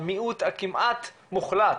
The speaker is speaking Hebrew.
המיעוט הכמעט מוחלט